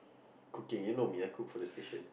okay you know me I cook for the station